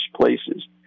places